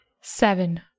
Seven